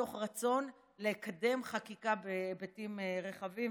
מתוך רצון לקדם חקיקה בהיבטים רחבים.